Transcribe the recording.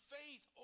faith